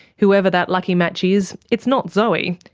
whoever that lucky match is, it's not zoe,